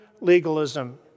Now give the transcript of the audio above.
Legalism